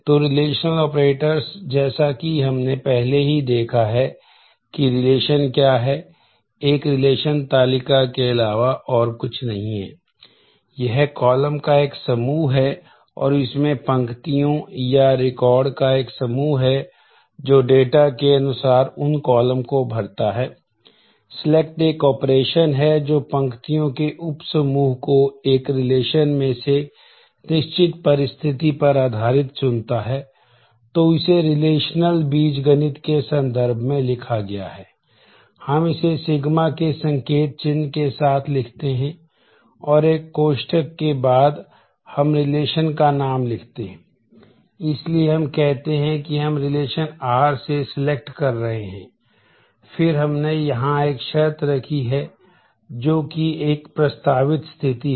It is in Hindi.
तो रिलेशनल ऑपरेटर्स कर रहे हैं और फिर हमने यहां एक शर्त रखी है जो कि एक प्रस्तावित स्थिति है